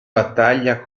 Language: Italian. battaglia